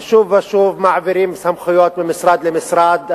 שוב ושוב מעבירים סמכויות ממשרד למשרד.